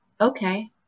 okay